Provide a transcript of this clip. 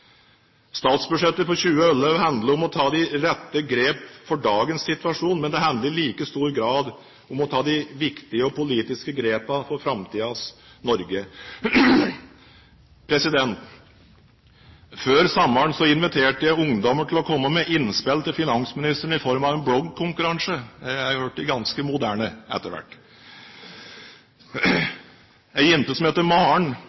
Statsbudsjettet for 2011 handler om å ta de rette grep for dagens situasjon, men det handler i like stor grad om å ta de viktige politiske grepene for framtidens Norge. Før sommeren inviterte jeg ungdommer til å komme med innspill til finansministeren i form av en bloggkonkurranse – jeg har blitt ganske moderne etter hvert. En jente som heter Maren,